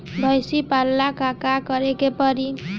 भइसी पालेला का करे के पारी?